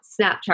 Snapchat